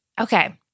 Okay